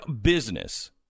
business